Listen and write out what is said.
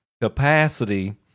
capacity